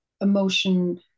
emotion